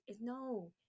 No